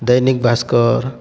Dainik Bhaskar